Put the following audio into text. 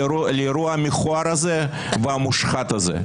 לאירוע המכוער הזה והמושחת הזה.